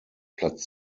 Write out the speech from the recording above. platz